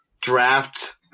draft